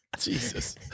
Jesus